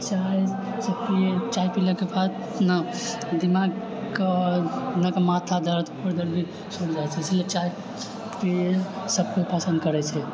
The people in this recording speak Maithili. चाय पियै चाय पिलाके बाद ने दिमाग कऽ जेनाकि माथा दर्द आओर दर्द भी छूट जाइत छै इसलिए चाय पियै सब केओ पसन्द करैत छै